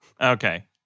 Okay